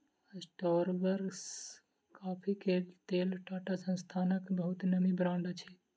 Starbucks coffee के लेल टाटा संस्थानक बहुत नामी ब्रांड अछि